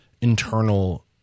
internal